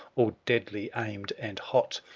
all deadly aimed and hot,